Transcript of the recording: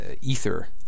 ether